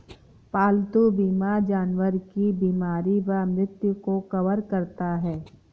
पालतू बीमा जानवर की बीमारी व मृत्यु को कवर करता है